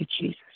Jesus